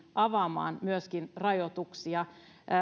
avaamaan myöskin rajoituksia